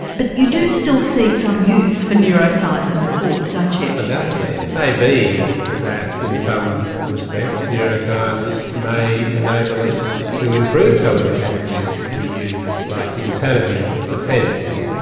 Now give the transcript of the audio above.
but you do still see some use for neuroscience in the courts, don't you? undoubtedly. it may be that in some respects, neuroscience may enable us to improve some of the categories we use, like the insanity defence.